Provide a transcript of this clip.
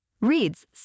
reads